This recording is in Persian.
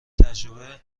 تجربه